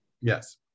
Yes